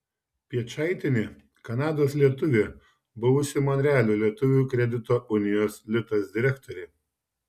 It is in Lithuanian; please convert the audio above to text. piečaitienė kanados lietuvė buvusi monrealio lietuvių kredito unijos litas direktorė